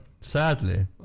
sadly